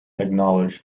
acknowledged